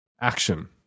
action